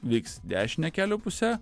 vyks dešine kelio puse